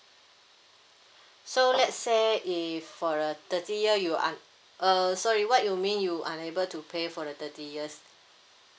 so let's say if for a thirty year you un~ uh sorry what you mean you unable to pay for the thirty years